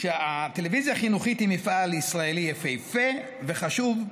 "החינוכית היא מפעל ישראלי יפהפה וחשוב,